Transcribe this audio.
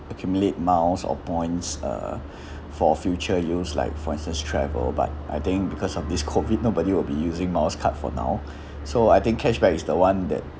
accumulate miles or points uh for future use like for instance travel but I think because of this COVID nobody will be using miles card for now so I think cashback it's the one that